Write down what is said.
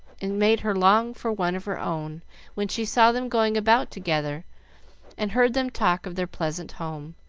and made her long for one of her own when she saw them going about together and heard them talk of their pleasant home,